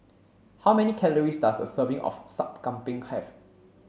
how many calories does a serving of Sup Kambing have